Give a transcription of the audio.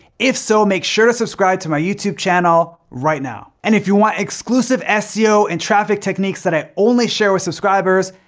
if so, make sure to subscribe to my youtube channel right now. and if you want exclusive seo and traffic techniques that i only share with subscribers,